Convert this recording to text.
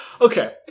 Okay